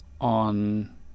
on